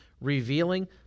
revealing